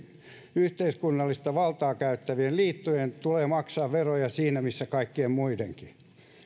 yhteiskunnallista valtaa käyttävien liittojen tulee maksaa veroja siinä missä kaikkien muidenkin